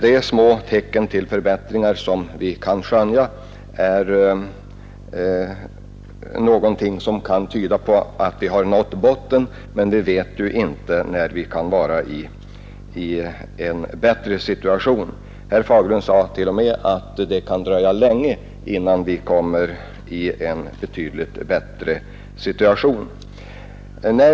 De små tecken till förbättringar som vi kan skönja är någonting som kan tyda på att vi har nått botten, men vi vet ju inte när vi kan få ett bättre läge. Herr Fagerlund sade t.o.m. att det kan dröja länge innan läget mer väsentligt förbättrats.